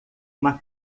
uma